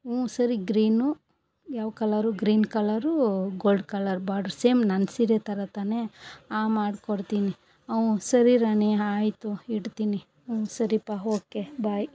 ಹ್ಞೂ ಸರಿ ಗ್ರೀನು ಯಾವ colour green colour gold colour border same ನನ್ನ ಸೀರೆ ಥರ ತಾನೇ ಹಾಂ ಮಾಡ್ಕೊಡ್ತೀನಿ ಹ್ಞೂ ಸರಿ ರಾಣಿ ಆಯಿತು ಇಡ್ತೀನಿ ಹ್ಞೂ ಸರಿಪ್ಪ ಓಕೆ ಬಾಯ್